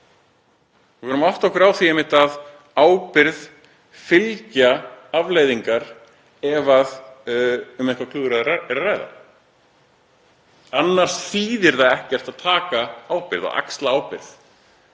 Við verðum að átta okkur á því að ábyrgð fylgja afleiðingar ef um eitthvert klúður er að ræða. Annars þýðir það ekkert að taka ábyrgð og axla ábyrgð.